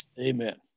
Amen